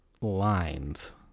lines